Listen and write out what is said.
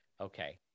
Okay